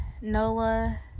NOLA